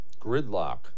Gridlock